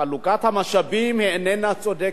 חלוקת המשאבים איננה צודקת.